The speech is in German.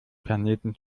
planeten